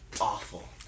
awful